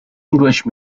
english